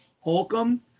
Holcomb